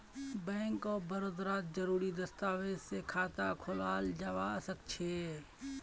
bank of बड़ौदात जरुरी दस्तावेज स खाता खोलाल जबा सखछेक